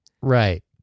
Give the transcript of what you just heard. Right